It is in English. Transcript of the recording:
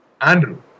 Andrew